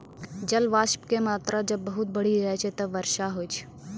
जलवाष्प के मात्रा जब बहुत बढ़ी जाय छै तब वर्षा होय छै